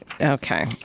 Okay